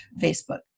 Facebook